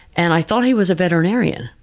and i thought he was a veterinarian,